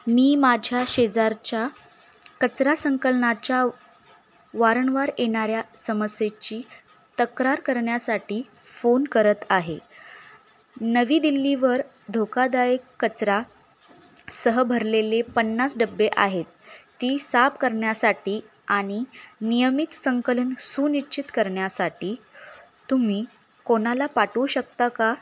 मी माझ्या शेजारच्या कचरा संकलनाच्या वारंवार येणाऱ्या समस्येची तक्रार करण्यासाठी फोन करत आहे नवी दिल्लीवर धोकादायक कचरा सह भरलेले पन्नास डब्बे आहेत ती साफ करण्यासाठी आणि नियमित संकलन सुनिश्चित करण्यासाठी तुम्ही कोणाला पाठवू शकता का